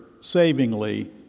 savingly